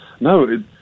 No